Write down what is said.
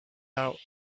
out